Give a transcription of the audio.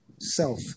self